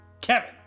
Kevin